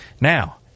Now